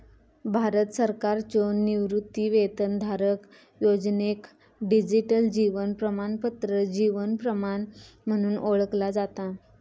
भारत सरकारच्यो निवृत्तीवेतनधारक योजनेक डिजिटल जीवन प्रमाणपत्र जीवन प्रमाण म्हणून ओळखला जाता